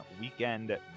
Weekend